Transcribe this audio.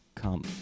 come